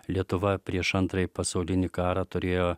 lietuva prieš antrąjį pasaulinį karą turėjo